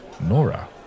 Nora